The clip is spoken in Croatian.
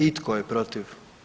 I tko je protiv?